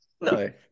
No